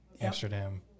Amsterdam